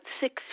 six